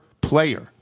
player